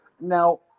Now